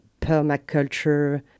permaculture